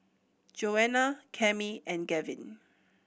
Joanna Cami and Gavin